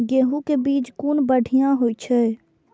गैहू कै बीज कुन बढ़िया होय छै?